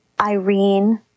Irene